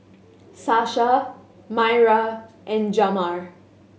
Sasha Myra and Jamar